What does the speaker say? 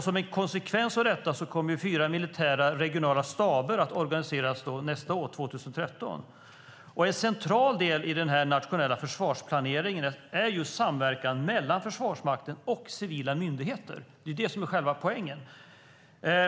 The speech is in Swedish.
Som en konsekvens av detta kommer fyra militära regionala staber att organiseras nästa år, 2013. En central del i den nationella försvarsplaneringen är just samverkan mellan Försvarsmakten och civila myndigheter. Det är ju själva poängen.